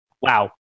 Wow